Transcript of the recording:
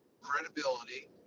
credibility